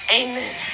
amen